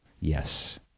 yes